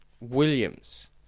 Williams